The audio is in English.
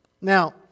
Now